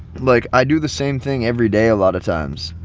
like, i do the same thing every day a lot of times.